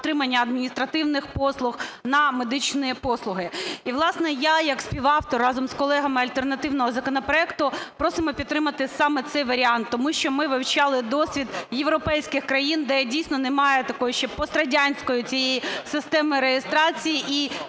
отримання адміністративних послуг, на медичні послуги. І, власне, я як співавтор разом з колегами альтернативного законопроекту просимо підтримати саме цей варіант, тому що ми вивчали досвід європейських країн, де дійсно немає такої ще пострадянської цієї системи реєстрації